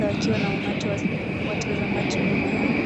wakiwa na umati wa watazamaji nyuma yao.